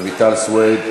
רויטל סויד,